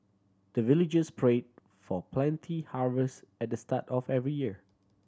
the villagers pray for plenty harvest at the start of every year